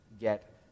get